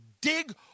dig